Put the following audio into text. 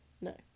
No